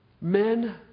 Men